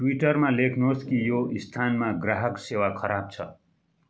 ट्विटरमा लेख्नुहोस् कि यो स्थानमा ग्राहक सेवा खराब छ